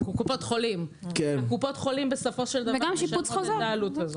קופות החולים בסופו של דבר משלמות את העלות הזאת.